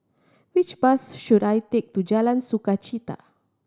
which bus should I take to Jalan Sukachita